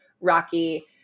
rocky